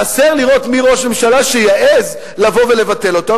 חסר לראות מי ראש ממשלה שיעז לבוא ולבטל אותו.